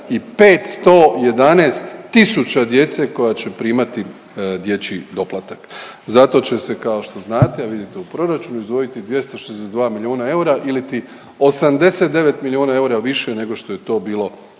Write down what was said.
i 511 tisuća djece koja će primati dječji doplatak. Za to će se kao što znate, a vidite u proračunu izdvojiti 262 milijuna eura iliti 89 miliona eura više nego što je to bilo